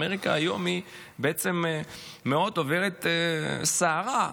אמריקה היום עוברת סערה,